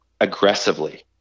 aggressively